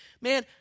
Man